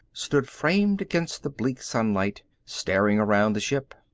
stood framed against the bleak sunlight, staring around the ship.